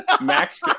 Max